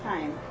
Time